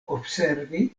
observi